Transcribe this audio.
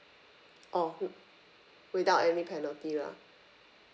oh hood without any penalty lah